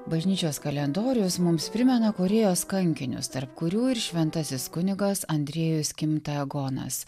bažnyčios kalendorius mums primena korėjos kankinius tarp kurių ir šventasis kunigas andriejus kimtagonas